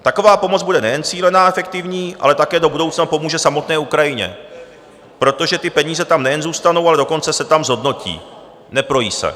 Taková pomoc bude nejen cílená a efektivní, ale také do budoucna pomůže samotné Ukrajině, protože ty peníze tam nejen zůstanou, ale dokonce se tam zhodnotí, neprojí se.